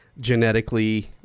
genetically